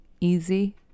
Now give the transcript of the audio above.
easy